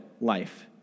life